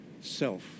self